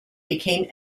became